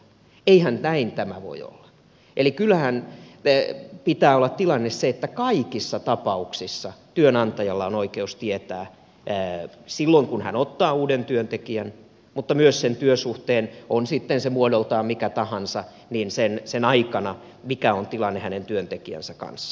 eihän näin tämä voi olla eli kyllähän tilanteen pitää olla se että kaikissa tapauksissa työnantajalla on oikeus tietää silloin kun hän ottaa uuden työntekijän mutta myös työsuhteen on se muodoltaan mikä tahansa aikana mikä on tilanne hänen työntekijänsä kanssa